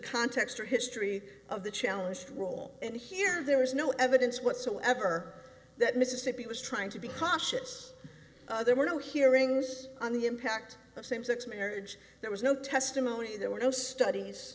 context or history of the challenged role and here there is no evidence whatsoever that mississippi was trying to be cautious there were no hearings on the impact of same sex marriage there was no testimony there were no studies